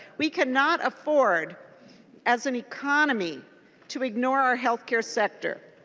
we cannot afford as an economy to nor are healthcare sector.